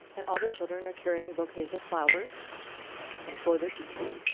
and all the children are carrying bouquets of flowers for their teachers.